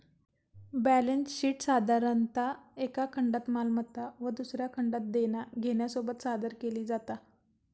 balance शीटसाधारणतः एका खंडात मालमत्ता व दुसऱ्या खंडात देना घेण्यासोबत सादर केली जाता